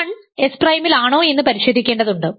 1 S പ്രൈമിൽ ആണോ എന്ന് പരിശോധിക്കേണ്ടതുണ്ട്